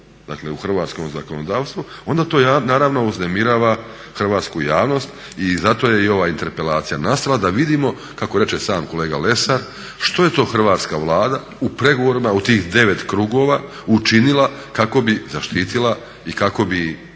dakle u hrvatskom zakonodavstvu, onda to naravno uznemirava hrvatsku javnost. I zato je i ova interpelacija nastala da vidimo, kako reče sam kolega Lesar, što je to Hrvatska Vlada u pregovorima u tih 9 krugova učinila kako bi zaštitila i kako bismo